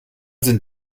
sind